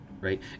right